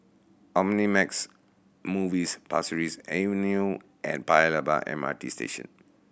Omnimax Movies Pasir Ris Avenue and Paya Lebar M R T Station